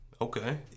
Okay